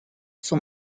zum